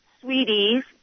Sweeties